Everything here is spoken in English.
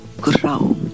grow